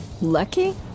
Lucky